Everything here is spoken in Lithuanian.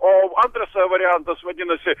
o antras variantas vadinasi